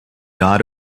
not